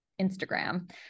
Instagram